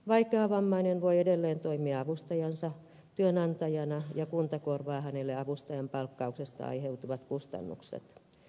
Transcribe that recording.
vaikeavammainen voi edelleen toimia avustajansa työnantajana ja kunta korvaa hänelle avustajan palkkauksesta aiheutuvat kustannukset